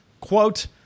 quote